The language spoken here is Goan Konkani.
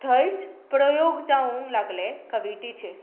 थंयच प्रयोग जावूंक लागले कवितेचेर